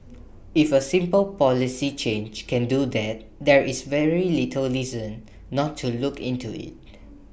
if A simple policy change can do that there is very little reason not to look into IT